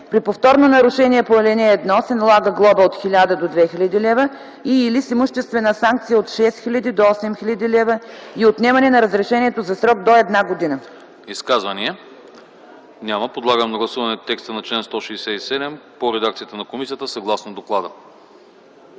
При повторно нарушение по ал. 1 се налага глоба от 1000 до 2000 лв. и/или имуществена санкция от 6000 до 8000 лв. и отнемане на разрешението за срок до една година.” ПРЕДСЕДАТЕЛ АНАСТАС АНАСТАСОВ: Изказвания? Няма. Подлагам на гласуване текста на чл. 167 по редакцията на комисията съгласно доклада.